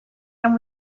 and